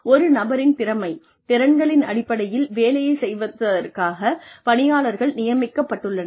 ஒரு நபரின் திறமை திறன்களின் அடிப்படையில் வேலையைச் செய்வதற்காக பணியாளர்கள் நியமிக்கப்பட்டுள்ளனர்